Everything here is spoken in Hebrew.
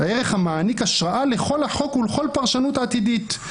ערך המעניק השראה לכל החוק ולכל פרשנות עתידית.